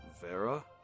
Vera